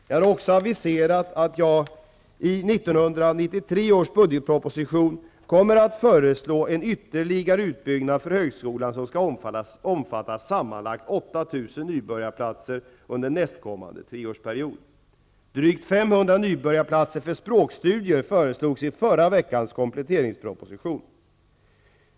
Jag har också aviserat att jag i 1993 års budgetproposition kommer att föreslå en ytterligare utbyggnad för högskolan som skall omfatta sammanlagt 8 000 nybörjarplatser under nästkommande treårsperiod. Drygt 500 nybörjarplatser för språkstudier föreslogs i förra veckans kompletteringsproposition.